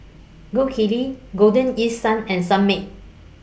Gold Kili Golden East Sun and Sunmaid